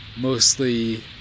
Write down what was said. mostly